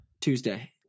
Tuesday